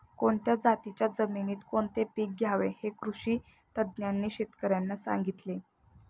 कोणत्या जातीच्या जमिनीत कोणते पीक घ्यावे हे कृषी तज्ज्ञांनी शेतकर्यांना सांगितले